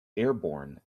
airborne